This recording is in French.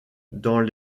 dans